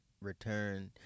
return